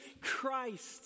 christ